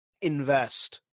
Invest